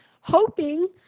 hoping